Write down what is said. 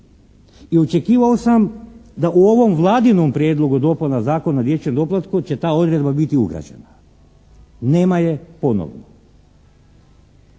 i očekivao sam da u ovom Vladinom prijedlogu dopuna Zakona o dječjem doplatku će ta odredba biti ugrađena. Nema je ponovno.